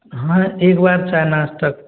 हाँ एक बार चाय नाश्ता